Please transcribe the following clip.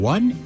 One